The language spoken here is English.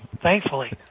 thankfully